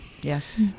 Yes